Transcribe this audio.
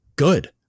good